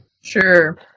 Sure